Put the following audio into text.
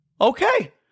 Okay